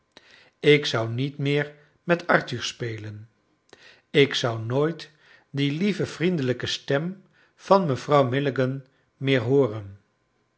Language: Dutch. ik zou niet meer met arthur spelen ik zou nooit die lieve vriendelijke stem van mevrouw milligan meer hooren